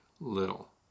little